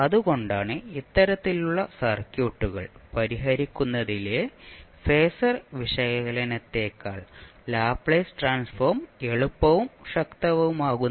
അതുകൊണ്ടാണ് ഇത്തരത്തിലുള്ള സർക്യൂട്ടുകൾ പരിഹരിക്കുന്നതിലെ ഫേസർ വിശകലനത്തേക്കാൾ ലാപ്ലേസ് ട്രാൻസ്ഫോം എളുപ്പവും ശക്തവുമാകുന്നത്